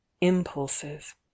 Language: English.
impulses